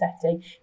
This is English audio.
setting